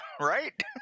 right